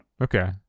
Okay